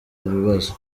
ibibazo